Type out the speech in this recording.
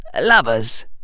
lovers